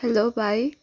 hello भाइ